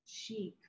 chic